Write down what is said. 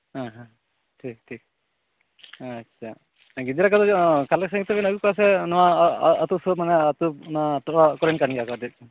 ᱦᱮᱸ ᱦᱮᱸ ᱴᱷᱤᱠ ᱴᱷᱤᱠ ᱟᱪᱪᱷᱟ ᱜᱤᱫᱽᱨᱟᱹ ᱠᱚᱫᱚ ᱠᱟᱞᱮᱠᱥᱮᱱ ᱠᱟᱛᱮ ᱵᱮᱱ ᱟᱹᱜᱩ ᱠᱚᱣᱟ ᱥᱮ ᱱᱚᱣᱟ ᱟᱹᱛᱩ ᱥᱩᱨ ᱨᱮᱱᱟᱝ ᱟᱹᱛᱩ ᱴᱚᱞᱟ ᱠᱚᱨᱮᱱ ᱠᱟᱱ ᱜᱮᱭᱟᱠᱚ